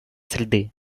среды